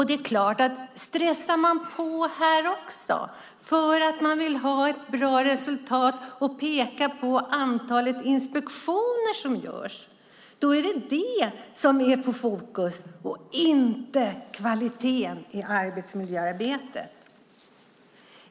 Det är klart; stressar man på här också därför att man vill ha ett bra resultat att peka på när det gäller antalet inspektioner som görs är det detta som är i fokus och inte kvaliteten i arbetsmiljöarbetet.